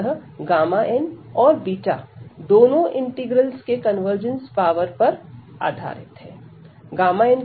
अतः n और beta दोनों इंटीग्रल्स के कन्वर्जेन्स पावर पर आधारित है